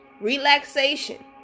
relaxation